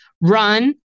run